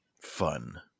fun